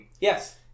yes